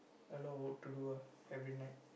a lot of work to do ah every night